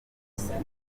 zabo